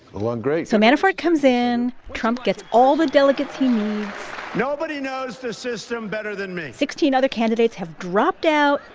along great so manafort comes in. trump gets all the delegates he needs nobody knows the system better than me sixteen other candidates have dropped out.